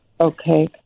Okay